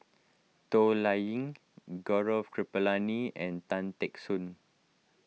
Toh Liying Gaurav Kripalani and Tan Teck Soon